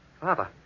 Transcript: Father